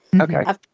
Okay